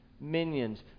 minions